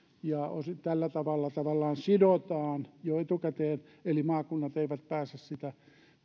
ja tällä tavalla tavallaan sidotaan jo etukäteen eli maakunnat eivät pääse sitä